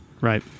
Right